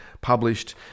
published